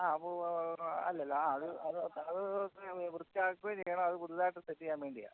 ആ അപ്പോൾ അല്ലല്ല ആ അത് അത് അത് വൃത്തിയാക്കുകയും ചെയ്യണം അത് പുത് പുതുതായിട്ട് സെറ്റ് ചെയ്യാൻ വേണ്ടിയാ